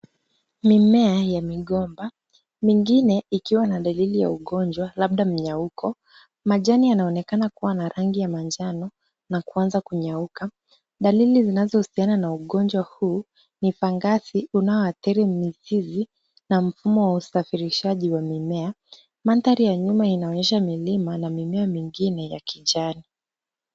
Mimea ya migomba mingine ikiwa na dalili ya ugonjwa labda mnyauko. Majani yanaonekana kuwa na rangi ya manjano na kuanza kunyauka, dalili zinazohusiana na ugonjwa huu ni fungus unaoathiri mizizi na mfumo wa usafirishaji wa mimea. Mandhari ya nyuma inaonyesha milima na mimea mingine ya kijani.